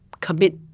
commit